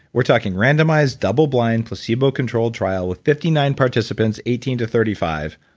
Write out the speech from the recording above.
we're talking randomized, double blind, placebo controlled trial with fifty nine participants eighteen to thirty five,